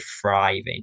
thriving